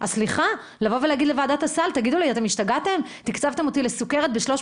אז לבוא ולהגיד לוועדת הסל - תקצבתם אותי לסוכרת ב-300